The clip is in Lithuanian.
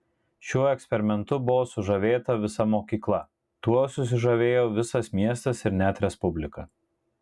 šiuo eksperimentu buvo sužavėta visa mokyklą tuo susižavėjo visas miestas ir net respublika